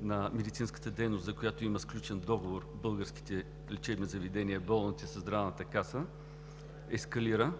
на медицинската дейност, за която има сключен договор с българските лечебни заведения, болници със Здравната каса, ескалира.